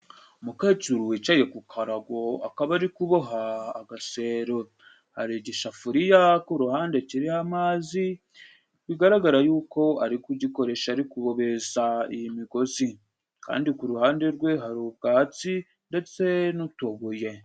Umukecuru wicaye ku karago akaba ari kuboha agasero hari igisafuriya ku ruhande kiriho amazi bigaragara yuko ari kugikoresha ariko kubobeza iyi migozi kandi ku ruhande rwe hari ubwatsi ndetse n'utubuye.